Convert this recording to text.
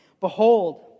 Behold